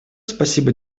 спасибо